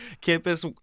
campus